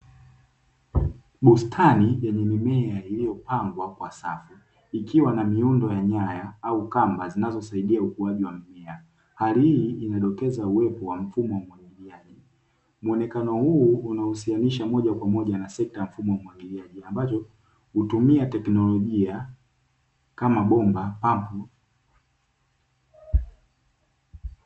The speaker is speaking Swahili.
Bustani yenye mimea iliyopangwa kwa safu, ikiwa na miundo ya nyaya au kamba zinazosaidia ukuaji wa mimea hali hii inadokeza uwepo wa mfumo wa umwagiliaji, muonekano huu unahusianisha moja kwa moja na sekta mfumo wa umwagiliaji ambacho hutumia teknolojia kama bomba, pampu.